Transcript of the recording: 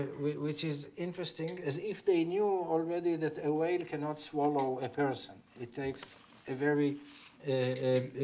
which is interesting as if they knew already that a whale cannot swallow a person. it takes a very a